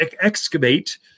excavate